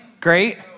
great